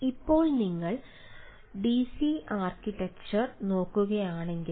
ഇപ്പോൾ നിങ്ങൾ DC architecture നോക്കുകയാണെങ്കിൽ